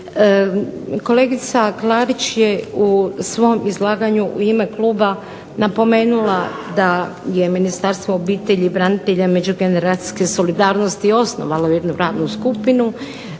Kolegica Klarić je u svom izlaganju u ime kluba napomenula da je Ministarstvo obitelji, branitelja i međugeneracijske solidarnosti osnovalo jednu radnu skupinu.